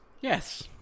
Yes